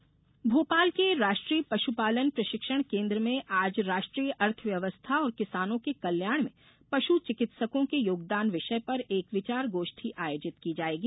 सम्मेलन भोपाल के राष्ट्रीय पश्पपालन प्रशिक्षण केन्द्र में आज राष्ट्रीय अर्थव्यवस्था और किसानों के कल्याण में पश् चिकित्सको के योगदान विषय पर एक विचार गोष्ठी आयोजित की जायेगी